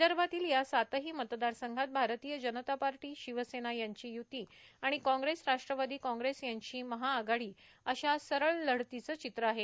विदर्भातील या सातही मतदारसंघात भारतीय जनता पार्टी शिवसेना यांची य्ती आणि कांग्रेस राष्ट्रवादी कांग्रेस यांची महाआघाडी अश्या सरळ लढतीचे चित्र आहे